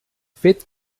fet